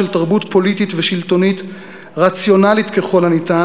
תרבות פוליטית ושלטונית רציונלית ככל הניתן,